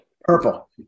Purple